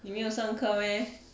你没有上课 meh